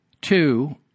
Two